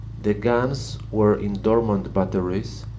the guns were in dormant batteries,